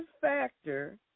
factor